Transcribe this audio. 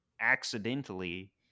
accidentally